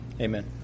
Amen